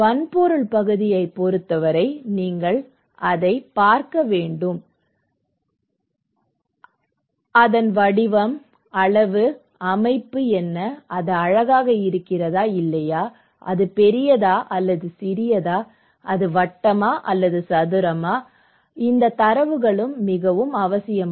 வன்பொருள் பகுதியைப் பொறுத்தவரை நீங்கள் அதைப் பார்க்க வேண்டும் வடிவம் அளவு அமைப்பு என்ன அது அழகாக இருக்கிறதா இல்லையா அது பெரியதா அல்லது சிறியதா அது வட்டமா அல்லது சதுரமா இந்த தரவுகளும் மிகவும் அவசியம்